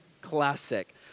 classic